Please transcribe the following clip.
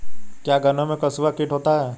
क्या गन्नों में कंसुआ कीट होता है?